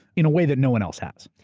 in a way that no one else has.